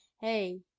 Hey